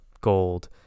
gold